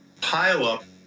pileup